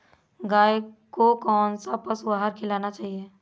गाय को कौन सा पशु आहार खिलाना चाहिए?